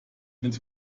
mit